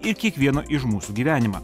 ir kiekvieno iš mūsų gyvenimą